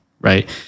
right